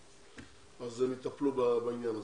אז הם יטפלו בעניין הזה.